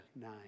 nine